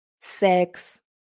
sex